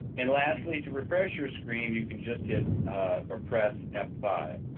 and lastly, to refresh your screen, you can just hit or press f five.